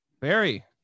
Barry